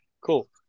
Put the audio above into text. Cool